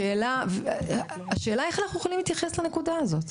השאלה איך אנחנו יכולים להתייחס לנקודה הזאת.